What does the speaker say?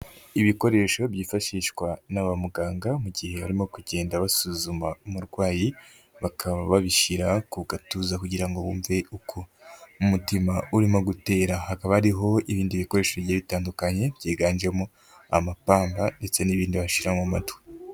Ibikoresho byifashishwa na ba muganga mu gihe barimo kugenda basuzuma umurwayi, bakaba babishyira ku gatuza kugira ngo bumve uko umutima urimo gutera, hakaba hariho ibindi bikoresho bigiye bitandukanye byiganjemo amapamba ndetse n'ibindi bashyira mu amatwi.